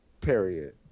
Period